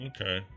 Okay